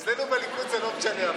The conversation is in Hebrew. אבל אצלנו בליכוד זה לא משנה.